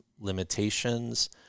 limitations